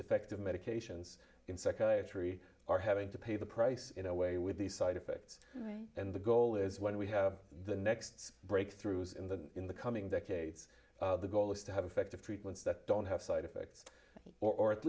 effective medications three are having to pay the price in a way with these side effects and the goal is when we have the next breakthroughs in the in the coming decades the goal is to have effective treatments that don't have side effects or at